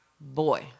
boy